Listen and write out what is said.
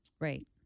Right